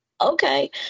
okay